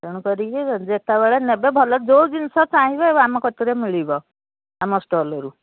ତେଣୁ କରିକି ଯେତେବେଳେ ନେବେ ଭଲ ଯୋଉ ଜିନିଷ ଚାହିଁବେ ଆମ କତିରେ ମିଳିବ ଆମ ଷ୍ଟଲ୍ରୁ